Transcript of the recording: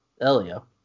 Elio